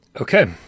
Okay